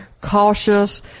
cautious